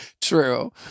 True